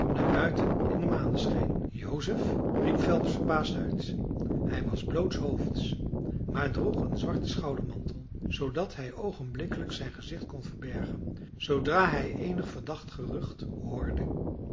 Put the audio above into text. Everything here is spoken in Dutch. buiten in den maneschijn joseph riep phelps verbaasd uit hij was blootshoofds maar droeg een zwarten schoudermantel zoodat hij oogenblikkelijk zijn gezicht kon verbergen zoodra hij eenig verdacht gerucht hoorde